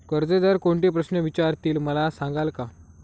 कर्जदार कोणते प्रश्न विचारतील, मला सांगाल का?